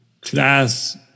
class